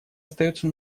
остается